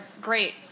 great